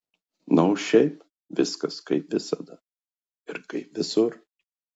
na o šiaip viskas kaip visada ir kaip visur